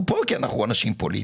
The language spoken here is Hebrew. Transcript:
אנחנו פה כי אנחנו אנשים פוליטיים.